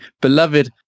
beloved